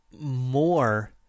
more